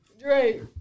Drake